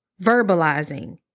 verbalizing